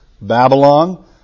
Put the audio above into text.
Babylon